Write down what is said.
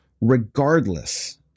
regardless